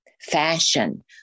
fashion